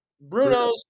Bruno's